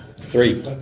Three